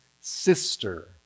sister